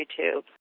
YouTube